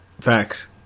Facts